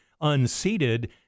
unseated